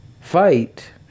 fight